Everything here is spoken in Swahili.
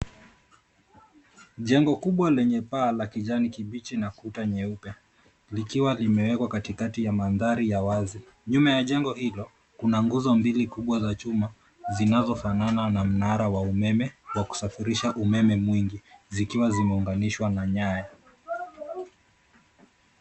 Jengo kubwa lenye paa la kijani kibichi na kuta nyeupe likiwa limeekwa ktikati ya mandhari ya wazi ,nyuma ya jengo hilo kuna nguzo mbili kubwa za chuma zinazofanana na mnara wa umeme wa kusafirisha umeme mwingi zikiwa zimeuganishwa na nyaya.